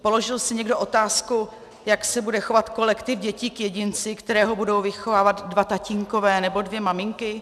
Položil si někdo otázku, jak se bude chovat kolektiv dětí k jedinci, kterého budou vychovávat dva tatínkové nebo dvě maminky?